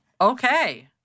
Okay